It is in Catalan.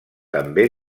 també